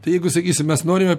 tai jeigu sakysim mes norime